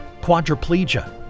quadriplegia